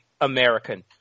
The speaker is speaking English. American